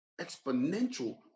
exponential